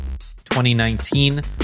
2019